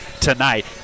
tonight